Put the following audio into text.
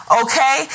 okay